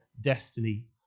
destiny